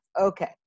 okay